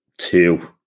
two